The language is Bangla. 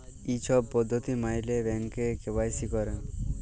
ই ছব পদ্ধতি ম্যাইলে ব্যাংকে কে.ওয়াই.সি ক্যরে